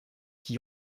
qui